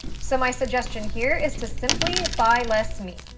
so my suggestion here is to simply buy less meat.